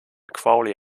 crowley